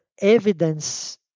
evidence